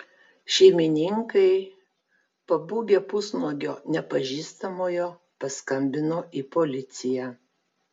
šeimininkai pabūgę pusnuogio nepažįstamojo paskambino į policiją